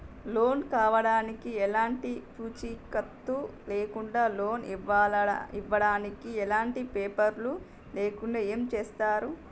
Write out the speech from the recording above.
Loan కావడానికి ఎలాంటి పూచీకత్తు లేకుండా లోన్ ఇవ్వడానికి ఎలాంటి పేపర్లు లేకుండా ఏం చేస్తారు?